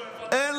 נו, איפה הבעיה?